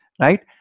right